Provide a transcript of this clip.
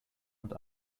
und